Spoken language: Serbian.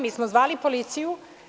Mi smo zvali policiju.